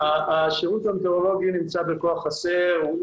השירות המטאורולוגי נמצא בכוח חסר.